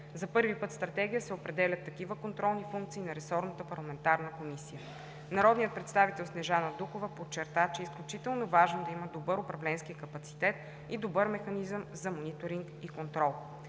За първи път в Стратегия се определят такива контролни функции на ресорната парламентарна Комисия. Народният представител Снежана Дукова подчерта, че е изключително важно да има добър управленски капацитет и добър механизъм за мониторинг и контрол.